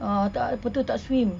ah tak apa tu tak swim